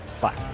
Bye